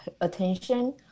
attention